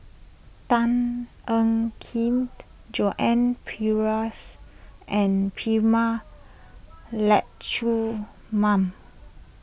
Tan Ean Kiam Joan Pereira's and Prema mum